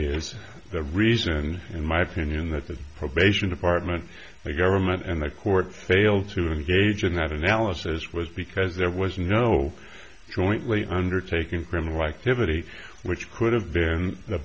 is the reason in my opinion that the probation department and the government and the court failed to engage in that analysis was because there was no jointly undertaken criminal activity which could have been the